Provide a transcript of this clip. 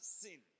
sin